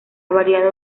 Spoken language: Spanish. variado